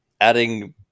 Adding